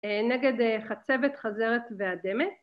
‫נגד חצבת, חזרת ואדמת.